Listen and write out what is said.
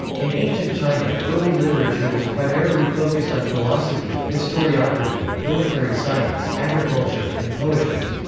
in ancient china, early literature was primarily focused on philosophy, historiography, military science, agriculture, and poetry.